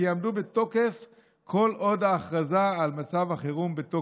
יעמדו בתוקף כל עוד ההכרזה על מצב החירום בתוקף.